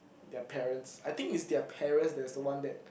their parents I think is their parents that's the one that